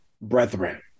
brethren